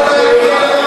למה נגד?